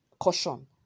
Caution